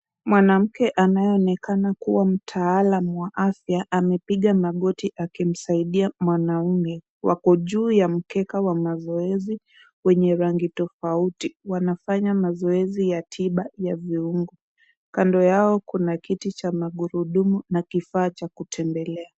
Mwanamke anayeonekana kuwa mtaalam wa afya amepiga magoti akimsaidia mwanamume. Wako juu ya mkeka wa mazoezi wenye rangi tofauti. Wanafanya mazoezi ya tiba ya viuongo. Kando yao kuna kiti cha magurudumu na kifaa cha kutembelea.